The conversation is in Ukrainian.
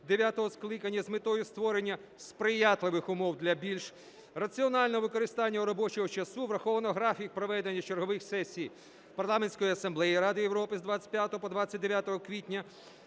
скликання з метою створення сприятливих умов для більш раціонального використання робочого часу враховано графік проведення чергових сесій Парламентської асамблеї Ради Європи з 25 по 29 квітня